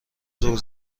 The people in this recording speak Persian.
زور